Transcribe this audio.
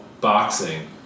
boxing